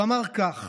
הוא אמר כך: